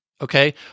Okay